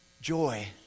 joy